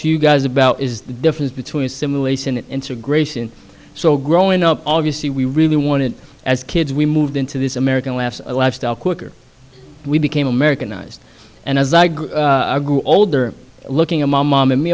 to you guys about is the difference between simulation integration so growing up obviously we really wanted as kids we moved into this american life style quicker we became americanized and as i grew older looking at my mom and